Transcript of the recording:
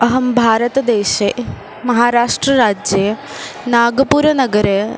अहं भारतदेशे महाराष्ट्रराज्ये नागपुरनगरे